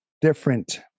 different